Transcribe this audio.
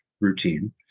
routine